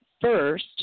first